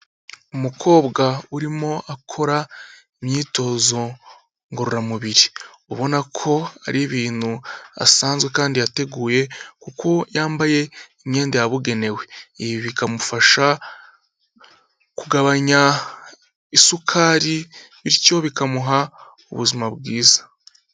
Umukobwa urimo akora imyitozo ngororamubiri, ubona ko ari ibintu asanzwe kandi yateguye kuko yambaye imyenda yabugenewe, ibi bikamufasha kugabanya isukari bityo bikamuha ubuzima bwiza.